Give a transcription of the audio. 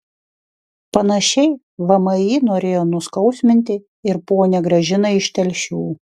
panašiai vmi norėjo nuskausminti ir ponią gražiną iš telšių